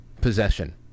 possession